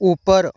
ऊपर